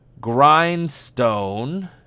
Grindstone